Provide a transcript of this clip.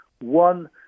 One